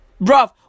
Bro